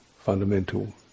fundamental